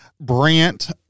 Brant